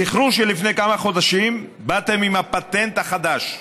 זכרו שלפני כמה חודשים באתם עם הפטנט החדש: